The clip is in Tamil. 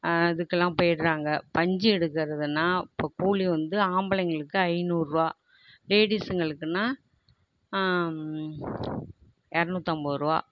அதுக்கெலாம் போய்விடுறாங்க பஞ்சு எடுக்கிறதுனா இப்போது கூலி வந்து ஆம்பளைங்களுக்கு ஐநூறுபா லேடிஸுங்களுக்குன்னால் எர்நூற்றம்பது ரூவா